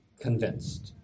convinced